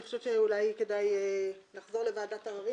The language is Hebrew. אני חושבת שאולי כדאי לחזור לוועדת עררים